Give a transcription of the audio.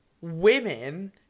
women